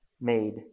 made